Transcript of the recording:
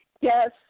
Yes